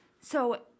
So-